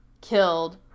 killed